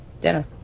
Dinner